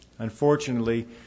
unfortunately